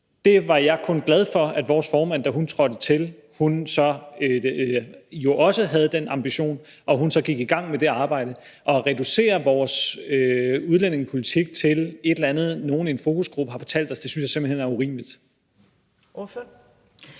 Jeg var kun glad for, at vores formand, da hun trådte til, jo også havde den ambition, og at hun gik i gang med det arbejde. Og at reducere vores udlændingepolitik til et eller andet, som nogle i en fokusgruppe har fortalt os, synes jeg simpelt hen er urimeligt. Kl.